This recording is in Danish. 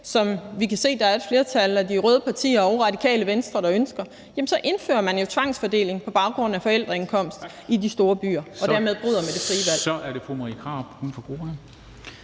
som vi kan se der er et flertal af de røde partier samt Radikale Venstre der ønsker at gøre, så indfører man jo tvangsfordeling på baggrund af forældreindkomst i de store byer, og dermed bryder man med det frie valg. Kl. 09:16 Formanden (Henrik Dam